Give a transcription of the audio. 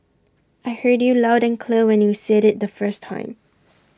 I heard you loud and clear when you said IT the first time